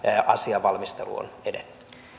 asian valmistelu on edennyt